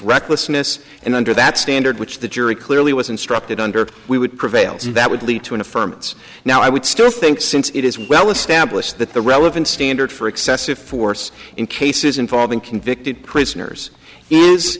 recklessness and under that standard which the jury clearly was instructed under we would prevails that would lead to an affirms now i would still think since it is well established that the relevant standard for excessive force in cases involving convicted prisoners is